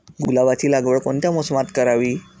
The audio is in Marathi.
गुलाबाची लागवड कोणत्या मोसमात करावी?